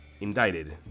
Indicted